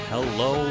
Hello